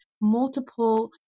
multiple